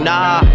Nah